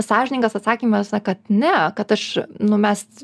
sąžiningas atsakymas kad ne kad aš nu mes